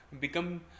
become